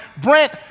Brent